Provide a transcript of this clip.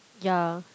yeah